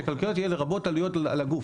שכלכליות יהיה לרבות עלויות על הגוף,